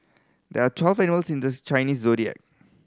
there are twelve animals in the Chinese Zodiac